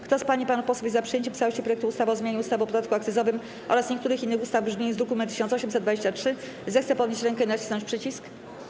Kto z pań i panów posłów jest za przyjęciem w całości projektu ustawy o zmianie ustawy o podatku akcyzowym oraz niektórych innych ustaw, w brzmieniu z druku nr 1823, zechce podnieść rękę i nacisnąć przycisk.